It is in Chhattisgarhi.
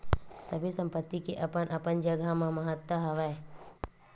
सबे संपत्ति के अपन अपन जघा म महत्ता हवय